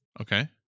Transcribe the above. okay